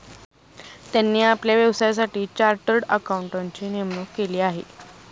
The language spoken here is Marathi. त्यांनी आपल्या व्यवसायासाठी चार्टर्ड अकाउंटंटची नेमणूक केली आहे